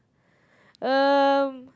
um